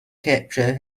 capture